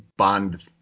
Bond